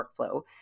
workflow